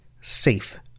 safe